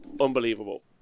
unbelievable